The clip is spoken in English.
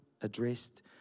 addressed